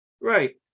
Right